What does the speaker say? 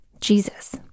Jesus